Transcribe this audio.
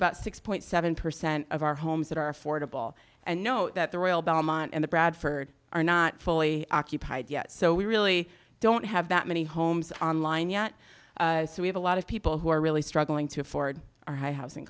about six point seven percent of our homes that are affordable and know that the real belmont in the bradford are not fully occupied yet so we really don't have that many homes online yet so we have a lot of people who are really struggling to afford our high housing